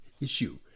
issue